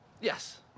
Yes